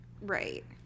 Right